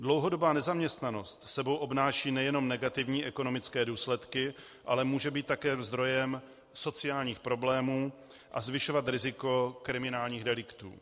Dlouhodobá nezaměstnanost s sebou přináší nejenom negativní ekonomické důsledky, ale může být také zdrojem sociálních problémů a zvyšovat riziko kriminálních deliktů.